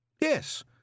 Yes